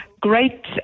great